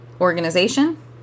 organization